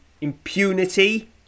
impunity